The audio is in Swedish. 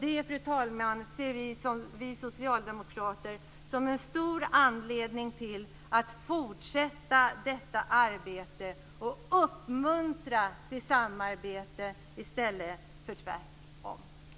Det ser vi socialdemokrater, fru talman, som en viktig anledning till att fortsätta med detta arbete och uppmuntra till samarbete i stället för att göra tvärtom.